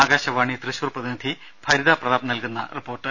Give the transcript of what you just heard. ആകാശവാണി തൃശൂർ പ്രതിനിധി ഭരിത പ്രതാപ് നൽകുന്ന റിപ്പോർട്ട്